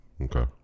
Okay